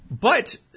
But-